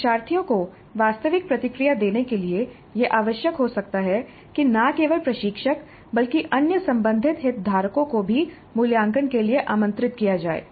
शिक्षार्थियों को वास्तविक प्रतिक्रिया देने के लिए यह आवश्यक हो सकता है कि न केवल प्रशिक्षक बल्कि अन्य संबंधित हितधारकों को भी मूल्यांकन के लिए आमंत्रित किया जाए